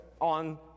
on